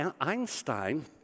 Einstein